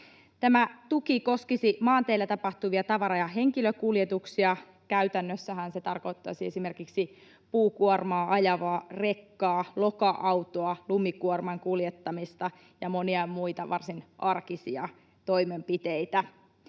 Tämä tuki koskisi maanteillä tapahtuvia tavara- ja henkilökuljetuksia. Käytännössähän se tarkoittaisi esimerkiksi puukuormaa ajavaa rekkaa, loka-autoa, lumikuorman kuljettamista ja monia muita varsin arkisia toimenpiteitä.